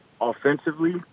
offensively